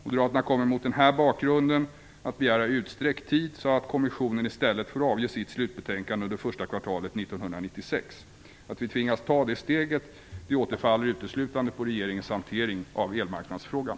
Moderaterna kommer mot den här bakgrunden att begära utsträckt tid, så att kommissionen i stället får avge sitt slutbetänkande under det första kvartalet 1996. Att vi tvingas ta det steget beror uteslutande på regeringens hantering av elmarknadsfrågan.